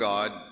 God